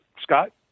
Scott